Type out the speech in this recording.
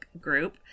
group